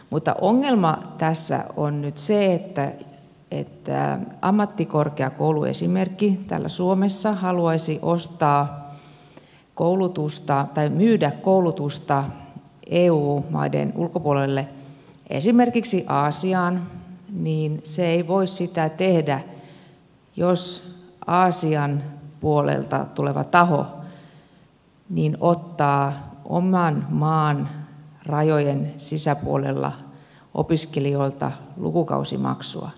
mutta ongelma tässä on nyt se että kun ammattikorkeakouluesimerkki täällä suomessa haluaisi myydä koulutusta eu maiden ulkopuolelle esimerkiksi aasiaan niin se ei voi sitä tehdä jos aasian puolelta tuleva taho ottaa oman maan rajojen sisäpuolella opiskelijoilta lukukausimaksua